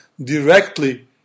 directly